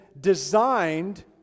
designed